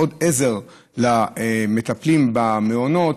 עוד עזר למטפלים במעונות,